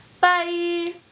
bye